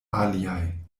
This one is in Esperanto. aliaj